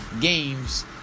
games